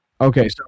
Okay